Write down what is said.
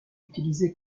utilisé